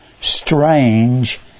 strange